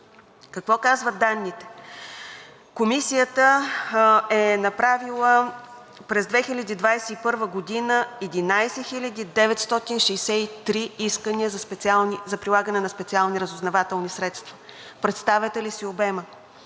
Какво казват данните? Комисията е направила през 2021 г. 11 963 искания за прилагане на специални разузнавателни средства. Представяте ли си обема?!